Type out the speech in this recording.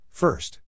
First